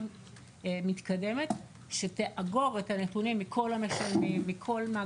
מתקדמת שתאגור את הנתונים מכל המשלמים,